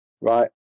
right